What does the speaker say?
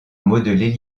modeler